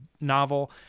novel